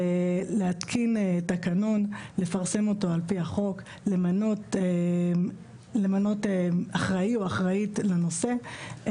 להתקין תקנון ולפרסם אותו על-פי החוק ולמנות אחראי או אחראית על הנושא.